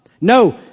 No